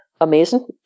amazing